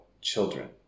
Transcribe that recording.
children